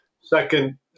second